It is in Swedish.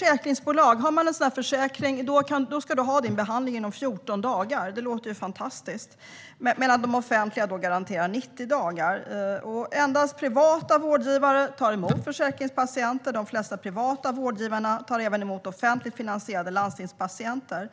Jenny Petersson. En försäkring innebär att du ska få din behandling inom 14 dagar. Det låter fantastiskt. Det offentliga garanterar behandling inom 90 dagar. Endast privata vårdgivare tar emot försäkringspatienter. De flesta av de privata vårdgivarna tar även emot offentligt finansierade landstingspatienter.